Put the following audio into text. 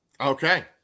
Okay